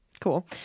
Cool